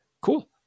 cool